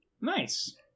Nice